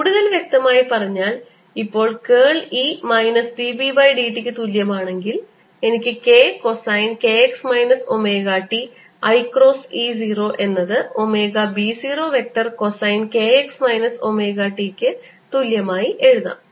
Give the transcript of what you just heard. കൂടുതൽ വ്യക്തമായി പറഞ്ഞാൽ ഇപ്പോൾ curl E minus d B d t ക്ക് തുല്യമാണെങ്കിൽ എനിക്ക് k cosine k x minus omega t i cross E 0 എന്നത് omega B 0 vector cosine k x minus omega t ക്ക് തുല്യമായി എഴുതാം